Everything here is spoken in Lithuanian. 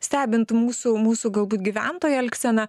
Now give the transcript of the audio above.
stebint mūsų mūsų galbūt gyventojų elgseną